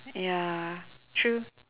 ya true